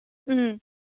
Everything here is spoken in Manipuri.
ꯎꯝ